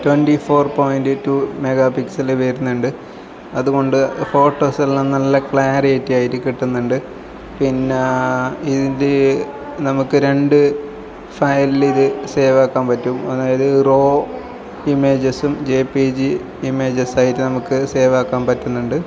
twenty four point two megapixel വരുന്നുണ്ട് അതുകൊണ്ട് ഫോട്ടോസെല്ലാം നല്ല ക്ലാരിറ്റി ആയിട്ട് കിട്ടുന്നുണ്ട് പിന്നെ ഇത് നമുക്ക് രണ്ട് ഫയലിലിത് സേവാക്കാം പറ്റും അതായത് റോ ഇമേജസും ജെ പി ജി ഇമേജസായിട്ട് നമുക്ക് സേവാക്കാൻ പറ്റുന്നുണ്ട്